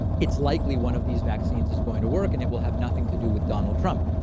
it's likely one of these vaccines is going to work and it will have nothing to do with donald trump.